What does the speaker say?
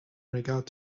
regard